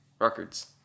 records